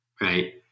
right